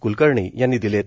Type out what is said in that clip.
क्लकर्णी यांनी दिलेत